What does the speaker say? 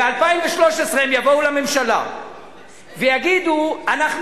ב-2013 הם יבואו לממשלה ויגידו: אנחנו